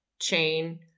chain